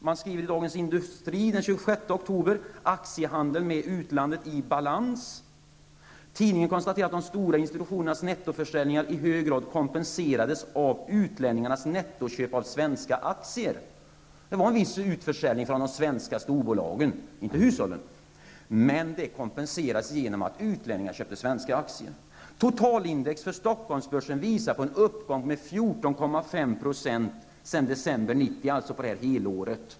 Man skriver i Dagens Industri av den 26 Tidningen konstaterar att de stora institutionernas nettoförsäljningar i hög grad kompenserats av utlänningarnas nettoköp av svenska aktier. Det var en viss utförsäljning från de svenska storbolagen -- inte hushållen! -- men det kompenserades genom att utlänningar köpte svenska aktier. Totalindex för Stockholmsbörsen visar på en uppgång med 14,5 % sedan december 1990, alltså på detta helår.